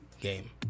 game